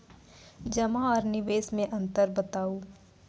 जमा आर निवेश मे अन्तर बताऊ?